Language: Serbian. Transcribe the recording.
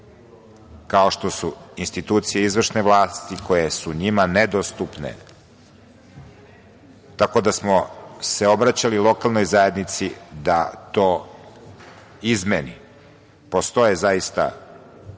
kao što su institucije izvršne vlasti koje su njima nedostupne, tako da smo se obraćali lokalnoj zajednici da to izmeni. Postoje zaista lokalne